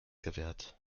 gewährt